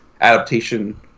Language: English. adaptation